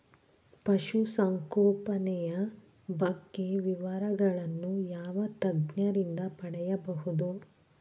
ಪಶುಸಂಗೋಪನೆಯ ಬಗ್ಗೆ ವಿವರಗಳನ್ನು ಯಾವ ತಜ್ಞರಿಂದ ಪಡೆಯಬಹುದು?